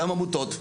גם עמותות.